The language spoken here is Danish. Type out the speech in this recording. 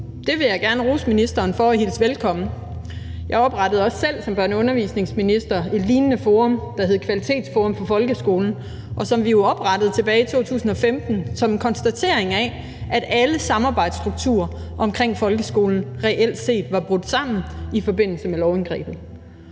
Det vil jeg gerne rose ministeren for og hilse velkommen. Jeg oprettede også selv som børne- og undervisningsminister et lignende forum, der hed Kvalitetsforum for Folkeskolen, og det oprettede vi jo tilbage i 2015 efter en konstatering af, at alle samarbejdsstrukturer omkring folkeskolen reelt set var brudt sammen i forbindelse med lovindgrebet.